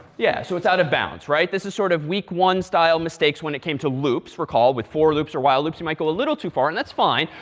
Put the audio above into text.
yeah, so it's out of bounds. right? this is sort of week one style mistakes when it came to loops. recall, with for loops or while loops, you might go a little too far, and that's fine.